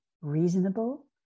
reasonable